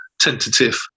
tentative